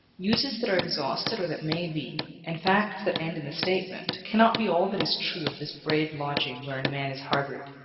uses that are exhausted or that may be, and facts that end in the statement, cannot be all that is true of this brave lodging wherein man is harbored,